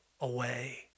away